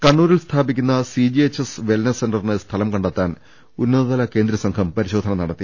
കണ്ണൂരിൽ സ്ഥാപിക്കുന്ന CGHS wellness സെന്റ റിന് സ്ഥലം കണ്ടെത്താൻ ഉന്നതതല കേന്ദ്രസംഘം പരിശോധന നടത്തി